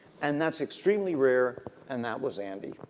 and that's extremely rare and that was andy.